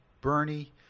Bernie